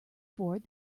bored